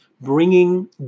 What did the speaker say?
bringing